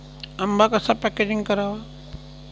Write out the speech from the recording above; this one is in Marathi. आंबा कसा पॅकेजिंग करावा?